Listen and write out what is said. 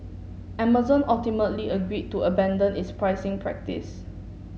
Amazon ultimately agreed to abandon its pricing practice